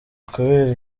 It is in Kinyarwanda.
kubera